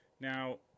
Now